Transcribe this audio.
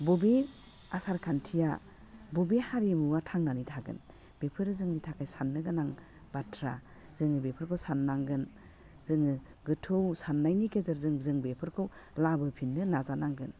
बबे आसारखान्थिया बबे हारिमुवा थांनानै थागोन बेफोरो जोंनि थाखाय साननो गोनां बाथ्रा जोङो बेफोरखौ साननांगोन जोङो गोथौ साननायनि गेजेरजों जों बेफोरखौ लाबोफिननो नाजानांगोन